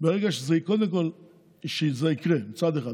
קודם כול שזה יקרה, מצד אחד.